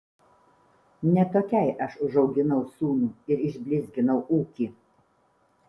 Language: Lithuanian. ne tokiai aš užauginau sūnų ir išblizginau ūkį